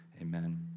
Amen